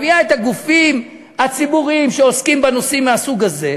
הביאה את הגופים הציבוריים שעוסקים בנושאים מהסוג הזה,